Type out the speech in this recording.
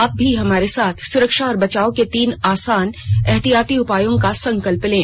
आप भी हमारे साथ सुरक्षा और बचाव के तीन आसान एहतियाती उपायों का संकल्प लें